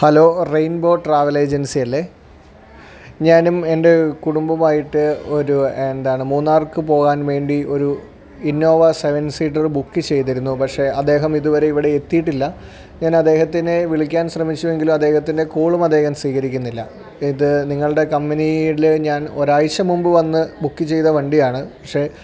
hello rainbow travel agency അല്ലേ ഞാനും എൻ്റെ കുടുബമായിട്ട് ഒരു എന്താണ് മൂന്നാർക്ക് പോവാൻ വേണ്ടി ഒരു ഇന്നോവ സെവൻ സീറ്റര് ബുക്ക് ചെയ്തിരുന്നു പക്ഷെ അദ്ദേഹം ഇതുവരെ ഇവിടെ എത്തിയിട്ടില്ല ഞാൻ അദ്ദേഹത്തിനെ വിളിക്കാൻ ശ്രമിച്ചു എങ്കിലും അദ്ദേഹത്തിൻ്റെ കോളും അദ്ദേഹം സ്വീകരിക്കുന്നില്ല ഇത് നിങ്ങളുടെ കമ്പനിയില് ഞാൻ ഒരാഴ്ചമുമ്പ് വന്ന് ബുക്ക് ചെയ്ത വണ്ടിയാണ് പക്ഷെ